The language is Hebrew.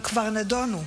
הם כבר נדונו,